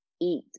eat